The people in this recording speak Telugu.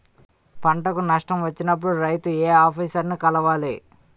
పంటకు నష్టం వచ్చినప్పుడు రైతు ఏ ఆఫీసర్ ని కలవాలి?